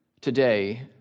today